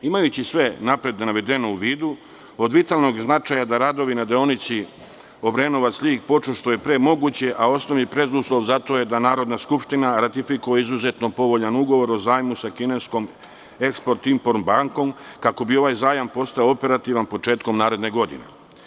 Imajući sve napred navedeno u vidu, od vitalnog je značaja da radovi na deonici Obrenovac-Ljig počnu što je pre moguće, a osnovni preduslov za to je da Narodna skupština ratifikuje izuzetno povoljan Ugovor o zajmu sa kineskom „Eksport-import bankom“, kako bi ovaj zajam postao operativan početkom naredne godine.